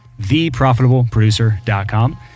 theprofitableproducer.com